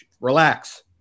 relax